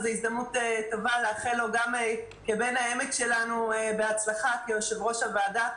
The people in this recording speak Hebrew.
זו הזדמנות טובה לאחל לו גם כבן העמק שלנו בהצלחה כיושב-ראש הוועדה.